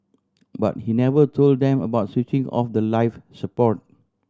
but he never told them about switching off the life support